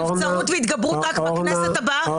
והתגברות רק בכנסת הבאה?